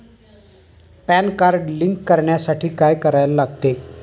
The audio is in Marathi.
पॅन कार्ड लिंक करण्यासाठी काय करायला लागते?